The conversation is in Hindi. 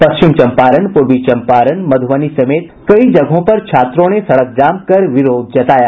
पश्चिम चंपारण पूर्वी चंपारण मध्बनी समेत कई जगहों पर छात्रों ने सड़क जाम कर विरोध जताया